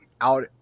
out